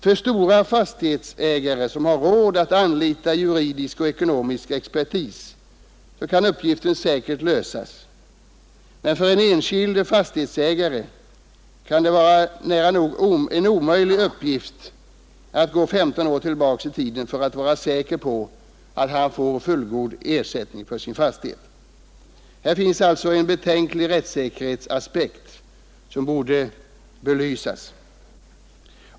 För fastighetsägare som har råd att anlita juridisk och ekonomisk expertis kan uppgiften säkert lösas, men för andra fastighetsägare kan det nära nog vara en omöjlig uppgift att gå 15 år tillbaka i tiden för att vara säker på att han får fullgod ersättning för sin fastighet. Här finns alltså en betänklig rättssäkerhetsaspekt som borde ytterligare belysas.